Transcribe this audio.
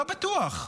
לא בטוח,